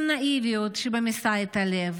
עם נאיביות שממיסה את הלב